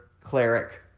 cleric